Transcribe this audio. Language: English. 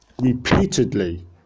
repeatedly